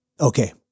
Okay